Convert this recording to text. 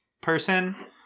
person